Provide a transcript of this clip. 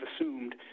assumed